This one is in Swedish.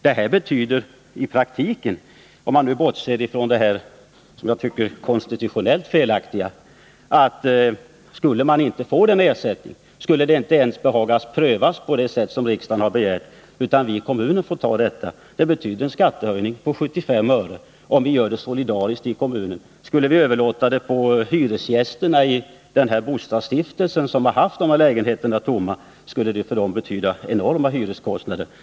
Det här betyder i praktiken, om man bortser från det konstitutionellt felaktiga, att om kommunen inte skulle få ersättning och om man inte skulle behaga pröva ärendet på det sätt som riksdagen har begärt, så betyder det en skattehöjning på 75 öre om vi i kommunen solidariskt står för kostnaderna. Skulle vi överlåta detta på hyresgästerna i den här bostadsstiftelsen som haft tomma lägenheter, skulle det betyda enorma hyreskostnader för dem.